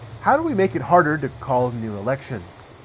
how do we make it harder to call new elections?